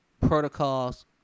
protocols